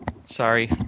sorry